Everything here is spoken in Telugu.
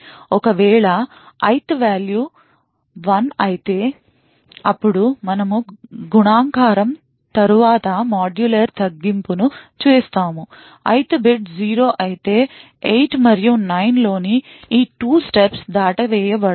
ఒక వేళా ith వేల్యూ 1 అయితే అప్పుడు మనము గుణకారం తరువాత మాడ్యులర్ తగ్గింపును చేస్తాము ith బిట్ 0 అయితే 8 మరియు 9 లోని ఈ 2 steps దాట వేయబడతాయి